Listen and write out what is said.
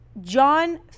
John